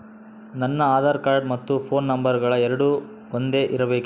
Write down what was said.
ನನ್ನ ಆಧಾರ್ ಕಾರ್ಡ್ ಮತ್ತ ಪೋನ್ ನಂಬರಗಳು ಎರಡು ಒಂದೆ ಇರಬೇಕಿನ್ರಿ?